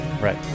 Right